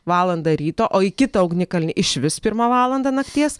valandą ryto o į kitą ugnikalnį išvis pirmą valandą nakties